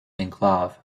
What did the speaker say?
enclave